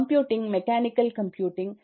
computing mechanical computing